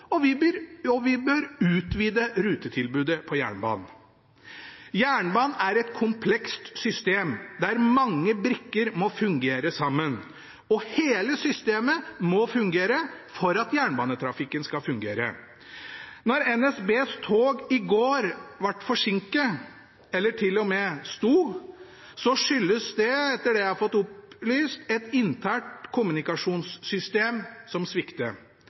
Og vi bør utvide rutetilbudet på jernbanen. Jernbanen er et komplekst system, der mange brikker må fungere sammen. Hele systemet må fungere for at jernbanetrafikken skal fungere. Da NSBs tog i går var forsinket, eller til og med sto, skyldtes det etter det jeg har fått opplyst, et internt kommunikasjonssystem som